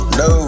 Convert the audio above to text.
no